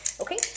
Okay